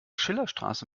schillerstraße